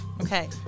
Okay